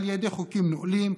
על ידי חוקים נואלים,